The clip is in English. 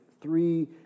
three